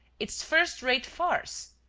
it's first-rate farce.